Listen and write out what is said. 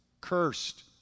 cursed